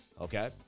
Okay